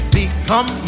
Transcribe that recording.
become